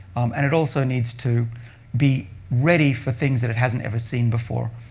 and it also needs to be ready for things that it hasn't ever seen before.